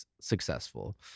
successful